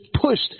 pushed